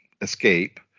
escape